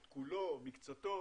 כולו, מקצתו